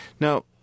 Now